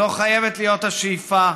זו חייבת להיות השאיפה,